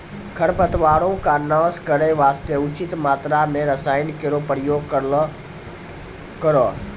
खरपतवारो क नाश करै वास्ते उचित मात्रा म रसायन केरो प्रयोग करलो करो